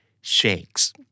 shakes